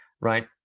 right